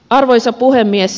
arvoisa puhemies